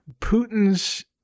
Putin's